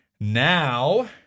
Now